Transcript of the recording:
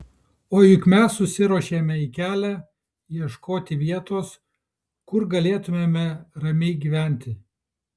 o juk mes susiruošėme į kelią ieškoti vietos kur galėtumėme ramiai gyventi